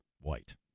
White